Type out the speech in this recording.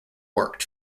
worked